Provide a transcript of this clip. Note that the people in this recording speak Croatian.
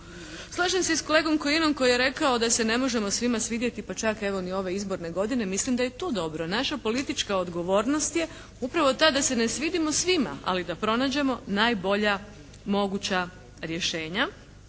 Slažem se s kolegom Kajinom koji je rekao da se ne možemo svima svidjeti pa čak evo ni ove izborne godine, mislim da je i tu dobro. Naša politička odgovornost je upravo ta da se ne svidimo svima, ali da pronađemo najbolja moguća rješenja.